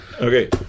Okay